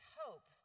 hope